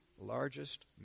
Largest